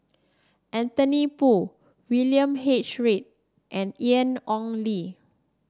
Anthony Poon William H Read and Ian Ong Li